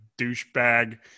douchebag